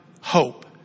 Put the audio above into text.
hope